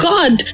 God